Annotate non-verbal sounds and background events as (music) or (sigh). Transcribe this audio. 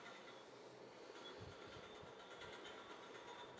(breath)